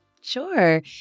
Sure